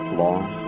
long